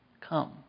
come